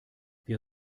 wir